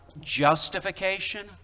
Justification